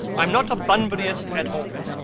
i'm not a bunburyist at all.